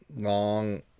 long